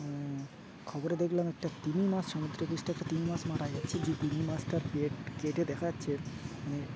খবরে দেখলাম একটা তিমি মাছ সমুদ্রকৃষ্ঠে একটা তিমি মাছ মারা যাচ্ছে যে তিমি মাছটার পেট কেটে দেখা যচ্ছে